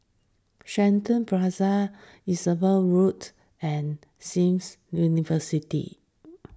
Shenton Plaza Enterprise Road and Seems University